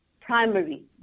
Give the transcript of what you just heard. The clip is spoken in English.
primary